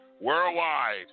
worldwide